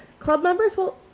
club members will,